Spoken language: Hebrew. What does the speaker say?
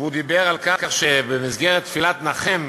והוא דיבר על כך שבמסגרת תפילת "נחם",